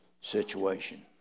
situation